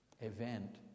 event